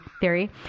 theory